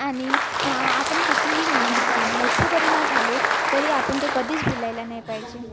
आणि आ आपण कितीही मोठं जरी ना झालो तरी आपण ते कधीच भुलायला नाही पाहिजे